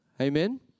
Amen